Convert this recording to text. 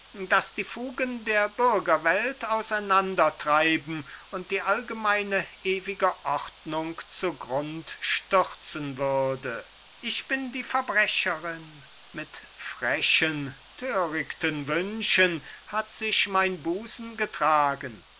das die fugen der bürgerwelt auseinander treiben und die allgemeine ewige ordnung zu grund stürzen würde ich bin die verbrecherin mit frechen thörigten wünschen hat sich mein busen getragen mein